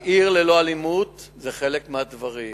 "עיר ללא אלימות" זה חלק מהדברים.